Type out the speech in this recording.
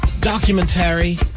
documentary